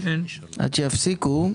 עד שיפסיקו,